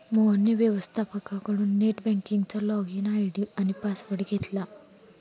मोहनने व्यवस्थपकाकडून नेट बँकिंगचा लॉगइन आय.डी आणि पासवर्ड घेतला